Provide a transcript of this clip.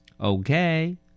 Okay